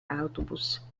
autobus